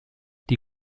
die